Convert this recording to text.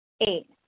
Eight